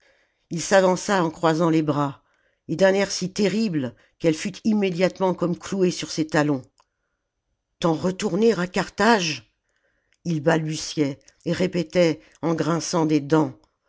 ii s'avança en croisant les bras et d'un air si terrible qu'elle fut immédiatement comme clouée sur ses talons t'en retourner à carthagre ii balbutiait et répétait en grinçant des dents